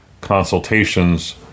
consultations